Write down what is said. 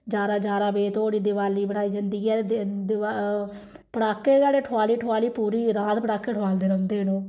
ञारां ञारां बजे धोड़ी दिवाली बनाई जंदी ऐ पटाके बड़े ठोआली ठोआली पूरी रात पटाके ठोआलदे रौंह्दे न ओह्